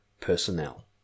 personnel